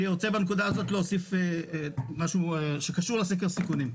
בנקודה הזאת אני רוצה להוסיף משהו שקשור לסקר סיכונים.